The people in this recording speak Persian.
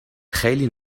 خیلی